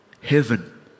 Heaven